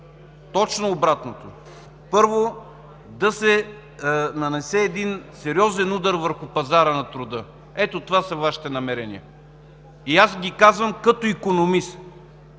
Точно обратното! Първо, да се нанесе един сериозен удар върху пазара на труда. Ето това са Вашите намерения! И аз ги казвам като икономист.